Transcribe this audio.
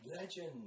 *Legend*